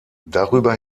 darüber